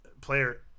Player